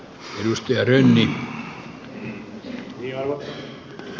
arvoisa puhemies